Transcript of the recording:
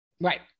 Right